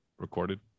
recorded